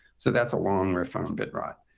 so that's a long riff on bit rot.